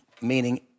meaning